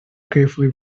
carefully